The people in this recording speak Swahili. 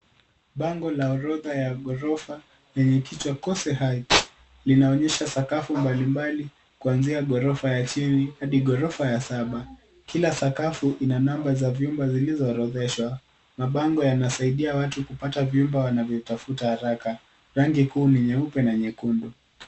Bango la orodha ya ghorofa lenye kichwa Kose Heights linaonyesha sakafu mbalimbali kuanzia ghorofa ya chini hadi ghorofa ya saba. Kila sakafu ina namba za vyumba zilizoorodheshwa. Mabango yanasaidia watu kupata vyumba wanavyotafuta haraka. Rangi kuu ni nyeupe na nyekundu.